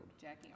Jackie